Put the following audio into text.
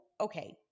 okay